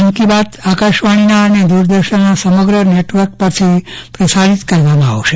મન કી બાત આકાશવાણીના અને દૂરદર્શનના સમગ્ર નેટવર્ક પરથી પ્રસારિત કરવામાં આવશે